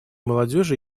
молодежи